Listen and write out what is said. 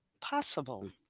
possible